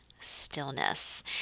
Stillness